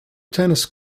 tennis